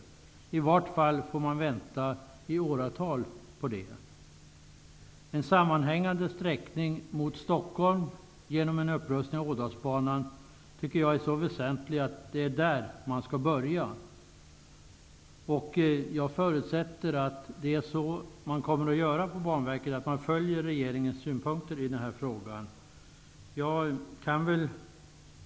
I varje fall får man vänta i åratal på detta. En sammanhängande sträckning mot Stockholm genom en upprustning av Ådalsbanan tycker jag är så väsentlig att det är där man skall börja. Jag förutsätter att Banverket kommer att följa regeringens synpunkter i den här frågan.